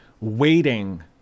waiting